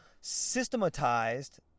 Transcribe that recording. systematized